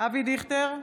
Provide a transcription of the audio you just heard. אבי דיכטר,